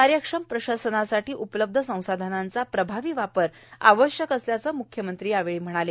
कार्यक्षम प्रशासनासाठी उपलब्ध संसाधनांचा प्रभावी वापर आवश्यक असल्याचं म्ख्यमंत्री यावेळी म्हणाले